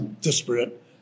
disparate